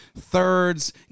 thirds